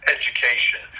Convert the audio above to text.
education